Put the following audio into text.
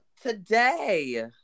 today